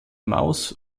maus